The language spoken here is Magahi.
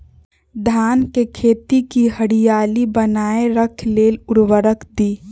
धान के खेती की हरियाली बनाय रख लेल उवर्रक दी?